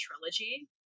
trilogy